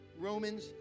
Romans